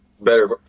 better